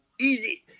Easy